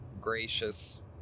gracious